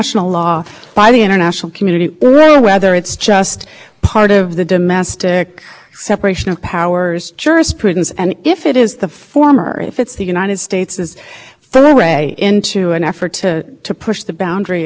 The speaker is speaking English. it sounds i mean as i've always understood the american practice is the reason our courts and we and our commentators well see attorney general speed look to the american experience is because it's our precedent